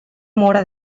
móra